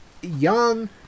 young